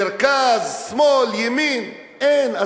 מרכז, שמאל, ימין, אין.